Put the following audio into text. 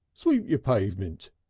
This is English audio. sweep your pavemint.